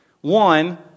One